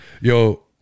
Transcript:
Yo